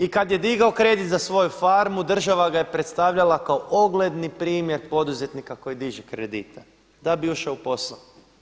I kad je digao kredit za svoju farmu država ga je predstavljala kao ogledni primjer poduzetnika koji diže kredite da bi ušao u posao.